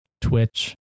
Twitch